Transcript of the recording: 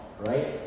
Right